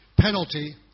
penalty